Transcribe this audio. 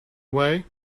way